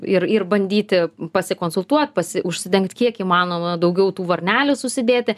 ir ir bandyti pasikonsultuot pasi užsidenkt kiek įmanoma daugiau tų varnelių susidėti